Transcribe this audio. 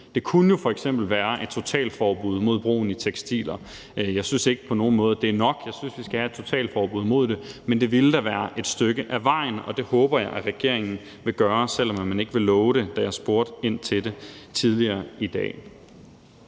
Det kunne jo f.eks. være et totalforbud mod brugen i tekstiler. Jeg synes ikke på nogen måde, at det er nok – jeg synes, at vi skal have et totalforbud mod det – men det ville da være et stykke af vejen, og det håber jeg regeringen vil gøre, selv om man ikke ville love det, da jeg spurgte ind til det tidligere i dag.